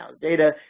data